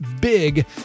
big